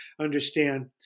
understand